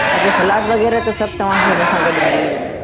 बाक़ी सलाद वग़ैरह त सभु तव्हां खे हुन सां गॾु मिली वेंदो